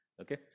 Okay